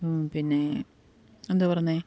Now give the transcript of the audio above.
പിന്നേ എന്തോ പറയുന്നേ